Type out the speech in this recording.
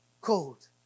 cold